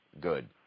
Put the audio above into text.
good